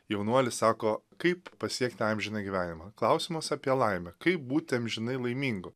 jaunuolis sako kaip pasiekti amžiną gyvenimą klausimas apie laimę kaip būti amžinai laimingu